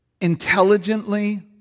intelligently